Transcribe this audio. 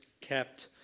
kept